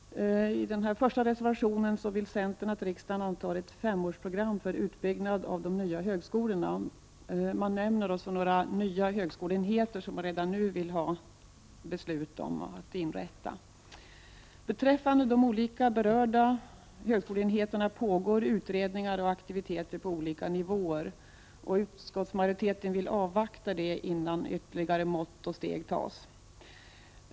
I reservation nr 1 till betänkande 5 vill centern att riksdagen antar ett femårsprogram för utbyggnad av de nya högskolorna. Man nämner också några nya högskoleenheter, som man redan nu vill ha beslut om att de skall inrättas. Beträffande de olika berörda högskoleenheterna pågår utredningar och aktiviteter på olika nivåer. Utskottsmajoriteten vill avvakta detta arbete innan ytterligare mått och steg tas.